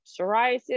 psoriasis